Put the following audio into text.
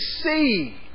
see